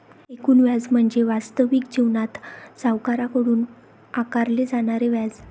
एकूण व्याज म्हणजे वास्तविक जीवनात सावकाराकडून आकारले जाणारे व्याज